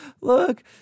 Look